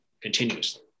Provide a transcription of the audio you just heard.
continuously